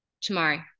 tomorrow